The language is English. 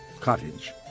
cottage